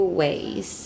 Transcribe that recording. ways